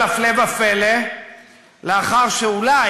לפני שיצאנו מעזה ואחרי שיצאנו ממנה,